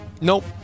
Nope